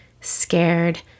scared